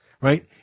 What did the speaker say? right